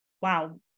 wow